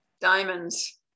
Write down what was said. Diamonds